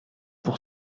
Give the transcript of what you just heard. pour